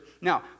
Now